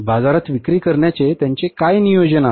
बाजारात विक्री करण्याचे त्यांचे काय नियोजन आहे